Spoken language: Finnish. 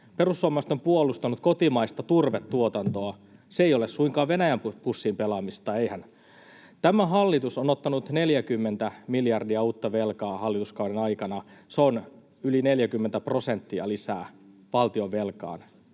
Perussuomalaiset ovat puolustaneet kotimaista turvetuotantoa. Se ei ole suinkaan Venäjän pussiin pelaamista, eihän? Tämä hallitus on ottanut 40 miljardia uutta velkaa hallituskauden aikana. Se on yli 40 prosenttia lisää valtionvelkaan.